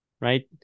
right